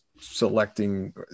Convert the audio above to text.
selecting